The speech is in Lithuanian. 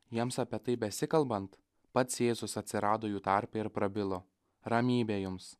jiems apie tai besikalbant pats jėzus atsirado jų tarpe ir prabilo ramybė jums